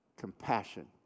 compassion